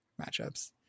matchups